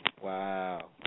Wow